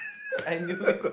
I knew it